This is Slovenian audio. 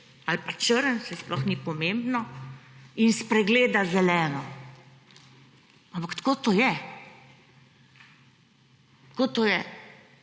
ali pa črn – saj sploh ni pomembno – in spregleda zeleno. Ampak tako to je. Tako to je!